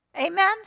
Amen